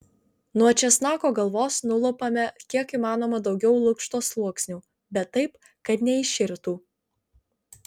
nuo česnako galvos nulupame kiek įmanoma daugiau lukšto sluoksnių bet taip kad neiširtų